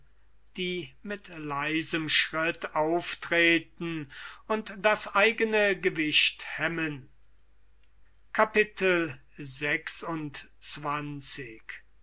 die mit leisem schritt auftreten und das eigene gewicht hemmen